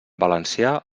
valencià